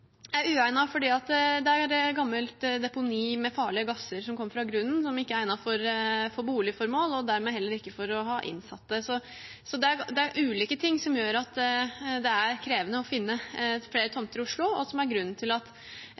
er uegnet fordi det er et gammelt deponi der med farlige gasser som kommer fra grunnen, som gjør at den ikke er egnet for boligformål, og dermed heller ikke for å ha innsatte der. Så det er ulike ting som gjør at det er krevende å finne flere tomter i Oslo, og som er grunnen til at